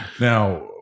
Now